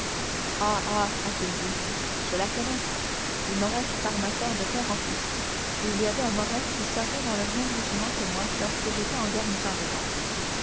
a-t-il dit je la connais les morrel sont armateurs de père en fils et il y avait un morrel qui servait dans le même régiment que moi lorsque j'étais en garnison